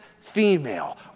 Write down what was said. female